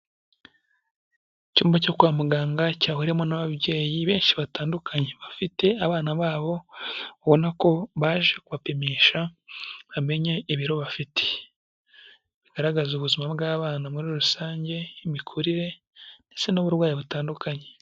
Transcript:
Icyumba cyo kwa muganga cyahuriyewemo n'ababyeyi benshi batandukanye, bafite abana babo ubona ko baje kubapimisha, ngo bamenye ibiro bafite, bigaragaza ubuzima bw'abana muri rusange, imikurire ndetse n'uburwayi butandukanye.